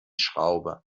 schraube